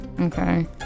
Okay